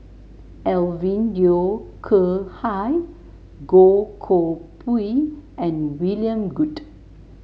Alvin Yeo Khirn Hai Goh Koh Pui and William Goode